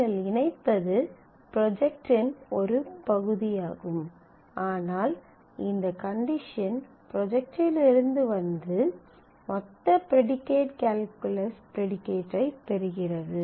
நீங்கள் இணைப்பது ப்ரொஜெக்ட் இன் ஒரு பகுதியாகும் ஆனால் இந்த கண்டிஷன் ப்ரொஜெக்ட் இல் இருந்து வந்து மொத்த ப்ரீடிகேட் கால்குலஸ் ப்ரீடிகேட் ஐ பெறுகிறது